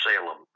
Salem